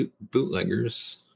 bootleggers